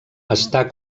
està